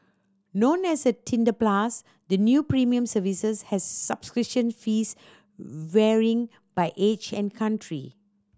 known as Tinder Plus the new premium services has subscription fees varying by age and country